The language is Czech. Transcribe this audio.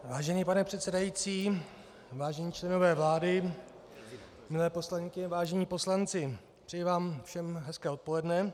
Vážený pane předsedající, vážení členové vlády, milé poslankyně, vážení poslanci, přeji vám všem hezké odpoledne.